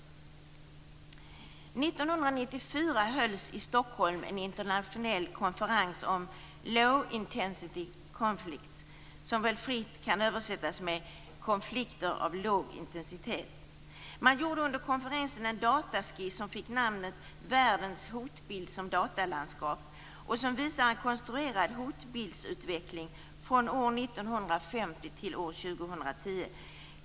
År 1994 hölls i Stockholm en internationell konferens om low intensity conflicts. Det kan väl fritt översättas med konflikter av låg intensitet. Under konferensen gjorde man en dataskiss som fick namnet Världens hotbild som datalandskap. Den visar en konstruerad hotbildsutveckling från år 1950 till år 2010.